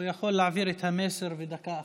הוא יכול להעביר את המסר בדקה אחת.